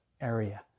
area